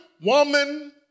woman